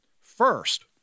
First